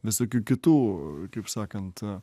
visokių kitų kaip sakant